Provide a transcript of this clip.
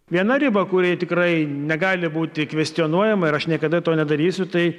viena riba kuri tikrai negali būti kvestionuojama ir aš niekada to nedarysiu tai